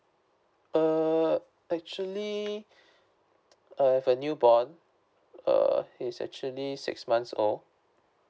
err actually I have a new born err he's actually six months old